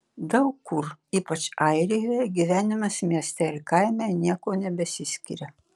daug kur ypač airijoje gyvenimas mieste ir kaime niekuo nebesiskiria